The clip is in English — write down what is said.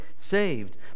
saved